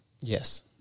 Yes